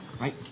right